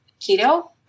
keto